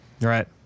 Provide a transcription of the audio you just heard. Right